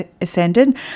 ascendant